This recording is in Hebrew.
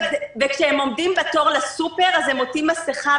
וכשהם עומדים בתור לסופר, הם עוטים מסיכה.